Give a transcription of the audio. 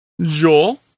Joel